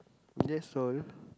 that's all